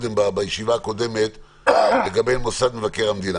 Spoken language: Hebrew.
בישיבה הקודמת לגבי מוסד מבקר המדינה,